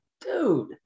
Dude